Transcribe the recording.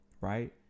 Right